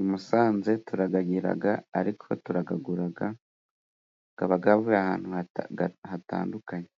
i Musanze turagagiraga ariko turagaguraga kabaga gavuye ahantu haga hatandukanye.